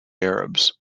arabs